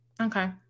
okay